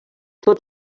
tot